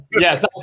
Yes